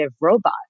robot